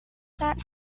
that